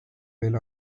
sel